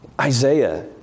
Isaiah